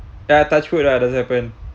ah touch wood lah doesn't happen